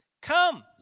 come